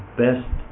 best